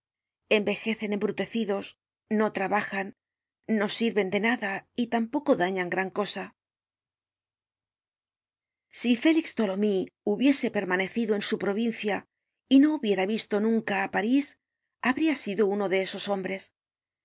envejecen embrutecidos no trabajan no sirven de nada y tampoco dañan gran cosa content from google book search generated at si félix tholomyes hubiese permanecido en su provincia y no hubiera visto nunca á parís habria sido uno de esos hombres